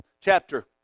chapter